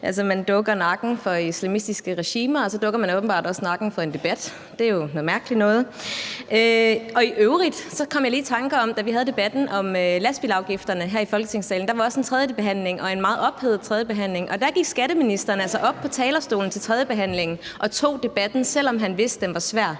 man dukker nakken for islamistiske regimer, og så dukker man åbenbart også nakken for en debat. Det er jo noget mærkeligt noget. I øvrigt kom jeg lige i tanke om, at da vi havde debatten om lastbilafgifterne her i Folketingssalen, var der også en tredjebehandling – en meget ophedet tredjebehandling – og der gik skatteministeren altså op på talerstolen til tredjebehandlingen og tog debatten, selv om han vidste, at den var svær.